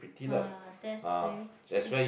!wah! that's very